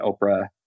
Oprah